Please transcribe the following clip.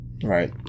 Right